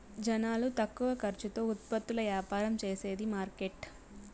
జనాలు తక్కువ ఖర్చుతో ఉత్పత్తులు యాపారం చేసేది మార్కెట్